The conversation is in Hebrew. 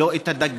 ולא את הדגים,